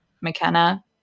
mckenna